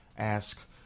Ask